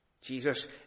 Jesus